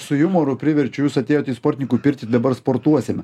su jumoru priverčiu jūs atėjote į sportininkų pirtį dabar sportuosime